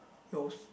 yours